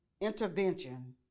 intervention